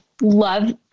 love